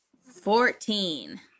fourteen